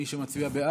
מי שמצביע בעד,